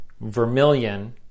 vermilion